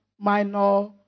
minor